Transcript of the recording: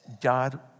God